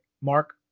Mark